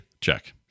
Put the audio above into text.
Check